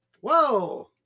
whoa